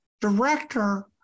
director